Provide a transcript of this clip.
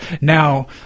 Now